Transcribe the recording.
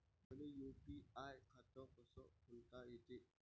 मले यू.पी.आय खातं कस खोलता येते?